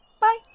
Bye